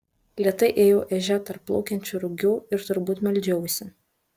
lėtai ėjau ežia tarp plaukiančių rugių ir turbūt meldžiausi